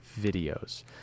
videos